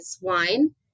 wine